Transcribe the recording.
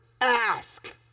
Ask